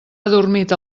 adormit